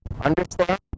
understand